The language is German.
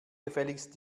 gefälligst